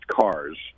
cars